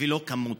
ולא כמות.